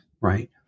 right